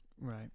Right